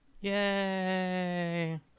Yay